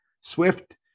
Swift